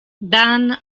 dan